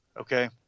Okay